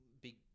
big